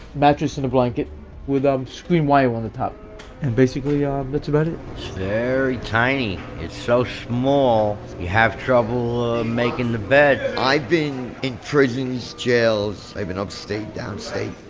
mattress and a blanket with um screen wire on the top and basically um that's about it. it's very tiny. it's so small you have trouble making the bed. i've been in prison so jails. i've been upstate, downstate.